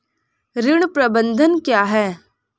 ऋण प्रबंधन क्या है?